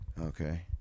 okay